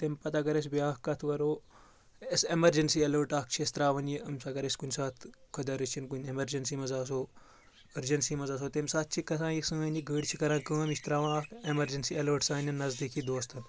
تمہِ پَتہٕ اگر أسۍ بیاکھ کَتھ کَرو أسۍ ایٚمَرجَنسی ایلٲٹ اَکھ چھِ أسۍ ترٛاوان یہِ أمِس اگر أسۍ کُنہِ ساتہٕ خۄدا رٔچھِنۍ کُنہِ ایٚمَرجَنسی منٛز آسو أرجَنسی منٛز آسو تمہِ ساتہٕ چھِ کَتان یہِ سٲنۍ یہِ گٔر چھِ کَران کٲم یہِ چھِ ترٛاوان اَکھ ایمَرجَنسی ایلٲٹ سانؠن نزدیٖکی دوستَن